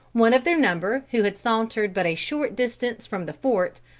one of their number who had sauntered but a short distance from the fort,